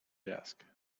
desk